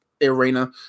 arena